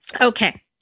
okay